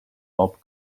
bob